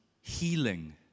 healing